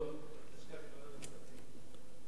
אל תשכח את ועדת הכספים בראשות הרב גפני.